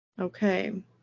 Okay